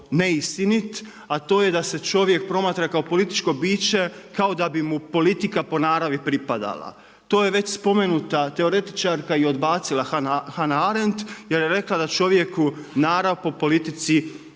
neistinit, a to je da se čovjek promatra kao političko biće, kao da bi mu politika po naravi pripadala. To je već spomenuta teoretičarka i odbacila Hannah Arendt jer je rekla da čovjeku narav po politici,